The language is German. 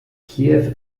kiew